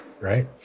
right